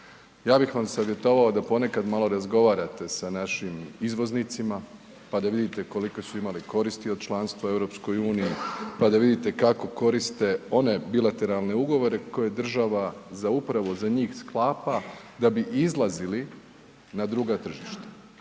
Ja bih vam savjetovao da ponekad malo razgovarate sa našim izvoznicima, pa da vidite kolike su imali koristi od članstva u EU, pa da vidite kako koriste one bilateralne ugovore koje država za upravo za njih sklapa da bi izlazili na druga tržišta,